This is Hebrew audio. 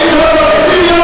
להוציא אותו